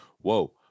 whoa